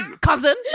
cousin